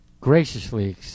graciously